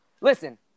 listen